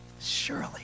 Surely